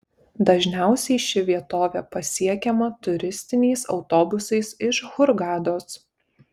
dažniausiai ši vietovė pasiekiama turistiniais autobusais iš hurgados